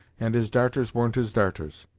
and his darters weren't his darters!